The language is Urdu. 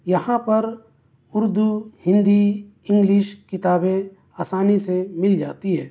یہاں پر اردو ہندی انگلش کتابیں آسانی سے مل جاتی ہے